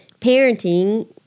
parenting